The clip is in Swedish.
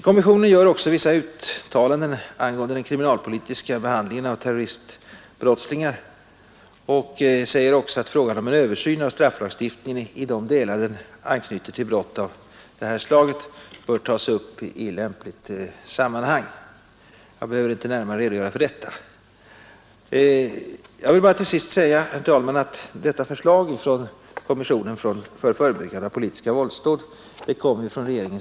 Kommissionen gör slutligen vissa uttalanden angående den kriminalpolitiska behandlingen av terroristbrottslingar och anser att frågan om en översyn av strafflagstiftningen i de delar den anknyter till brott av angett slag bör tas upp i lämpligt sammanhang. Kommissionens förslag kommer att behandlas skyndsamt av regeringen.